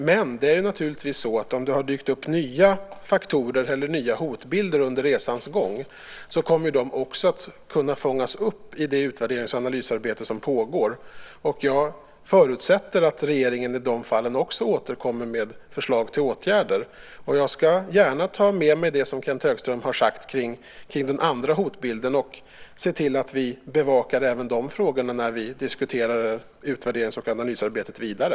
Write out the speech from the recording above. Om det har dykt upp nya faktorer eller hotbilder under resans gång kommer också de att kunna fångas upp i det utvärderings och analysarbete som pågår. Jag förutsätter att regeringen också i de fallen återkommer med förslag till åtgärder. Jag ska gärna ta med mig det som Kenth Högström har sagt om den andra hotbilden och se till att vi bevakar även de frågorna när vi diskuterar utvärderings och analysarbetet vidare.